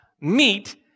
meet